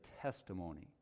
testimony